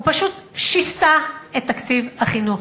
פשוט שיסע את תקציב החינוך,